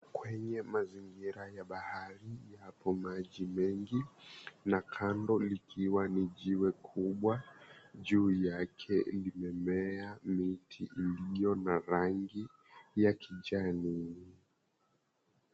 Kwenye mazingira ya bahari, yapo maji mengi na kando likiwa ni jiwe kubwa, juu yake limemea miti iliyo na rangi ya kijani.